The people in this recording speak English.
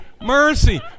mercy